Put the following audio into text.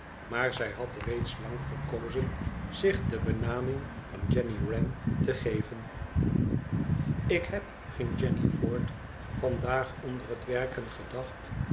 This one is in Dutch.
maar zij had reeds lang verkozen zich de benaming van jenny wren te geven ik heb ging jenny voort vandaag onder het werken gedacht